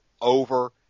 over